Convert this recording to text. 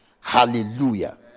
hallelujah